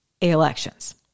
elections